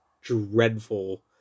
dreadful